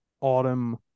autumn